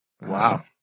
Wow